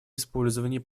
использовании